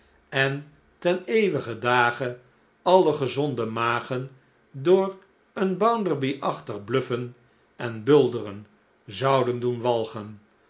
en ten eeuwigen dage alle gezonde magen door een bounderby achtig bluffen en bulderen zouden doen